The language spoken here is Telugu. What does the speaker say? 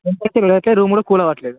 టెంపరేచర్ లేక రూమ్ కూడా కూల్ అవ్వట్లేదు